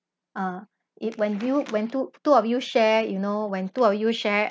uh if when view when two of you share you know when two of you share